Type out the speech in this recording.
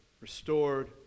restored